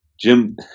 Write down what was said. Jim